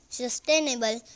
sustainable